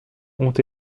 ont